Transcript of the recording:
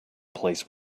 police